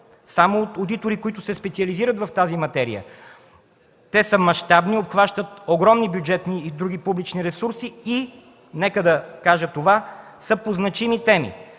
само от одитори, които се специализират в тази материя. Те са мащабни и обхващат огромни бюджетни и други публични ресурси, и, нека да кажа това, са по значими теми.